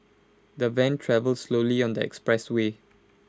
the van travelled slowly on the expressway